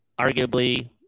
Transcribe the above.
arguably